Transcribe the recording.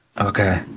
Okay